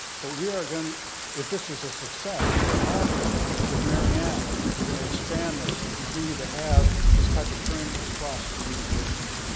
but we are going if this is a success and we're happy with maryanne, we're going to expand this and continue to have this type of training across the university.